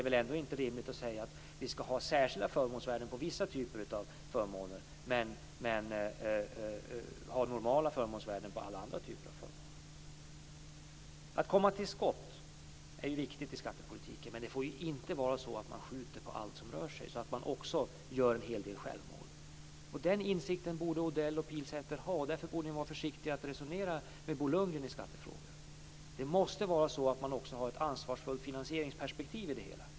Men det är inte rimligt att säga att det skall vara särskilda förmånsvärden på vissa typer av förmåner men ha normala förmånsvärden på alla andra typer av förmåner. Det är viktigt att komma till skott i skattepolitiken. Det får inte vara så att man skjuter på allt som rör sig. Då blir det en hel del självmål. Den insikten borde Odell och Pilsäter ha. Därför borde ni vara försiktiga med att resonera med Bo Lundgren i skattefrågor. Det måste finnas ett ansvarsfullt finansieringsperspektiv i det hela.